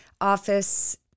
office